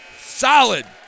solid